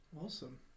awesome